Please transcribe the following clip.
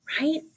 right